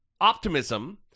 optimism